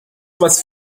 was